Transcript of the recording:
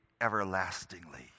everlastingly